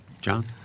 John